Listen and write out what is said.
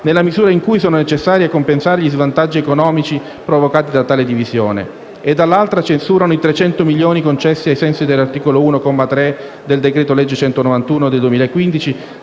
nella misura in cui sono necessari a compensare gli svantaggi economici provocati da tale divisione; dall'altra, censurano i 300 milioni di euro concessi, ai sensi dell'articolo 1, comma 3, del decreto-legge n. 191 del 2015,